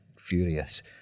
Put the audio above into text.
furious